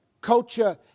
culture